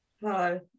Hello